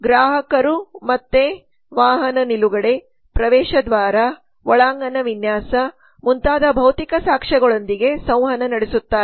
ಗ್ರಾಹಕರು ಮತ್ತೆ ವಾಹನ ನಿಲುಗಡೆ ಪ್ರವೇಶ ದ್ವಾರ ಒಳಾಂಗಣ ವಿನ್ಯಾಸ ಮುಂತಾದ ಭೌತಿಕ ಸಾಕ್ಷ್ಯಗಳೊಂದಿಗೆ ಸಂವಹನ ನಡೆಸುತ್ತಾರೆ